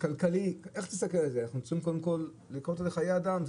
אנחנו צריכים קודם כל להסתכל על חיי אדם.